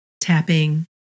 tapping